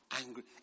Angry